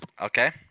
Okay